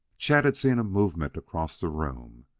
chet had seen a movement across the room.